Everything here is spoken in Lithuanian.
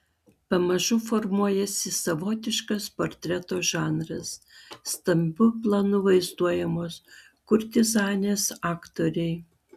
pamažu formuojasi savotiškas portreto žanras stambiu planu vaizduojamos kurtizanės aktoriai